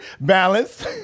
Balance